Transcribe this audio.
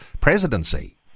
presidency